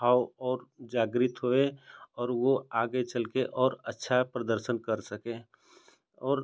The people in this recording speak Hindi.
भाव और जागृत हुए और वह आगे चलकर और अच्छा प्रदर्शन कर सकें और